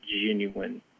genuine